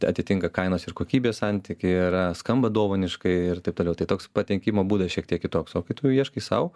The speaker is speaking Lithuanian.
atitinka kainos ir kokybės santykį ir skamba dovaniškai ir taip toliau tai toks pateikimo būdas šiek tiek kitoks o kai tu ieškai sau